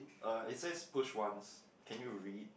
uh it says push once can you read